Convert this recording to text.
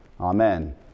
Amen